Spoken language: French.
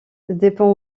dépend